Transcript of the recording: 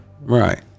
Right